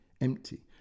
empty